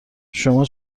شما